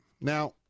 Now